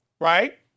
Right